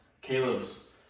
Caleb's